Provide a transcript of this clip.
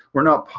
we're not.